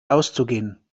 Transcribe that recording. auszugehen